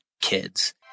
kids